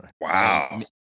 Wow